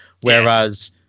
whereas